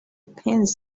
pins